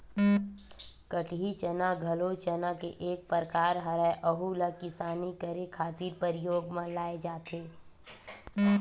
कटही चना घलो चना के एक परकार हरय, अहूँ ला किसानी करे खातिर परियोग म लाये जाथे